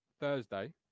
Thursday